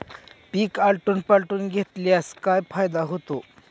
पीक आलटून पालटून घेतल्यास काय फायदा होतो?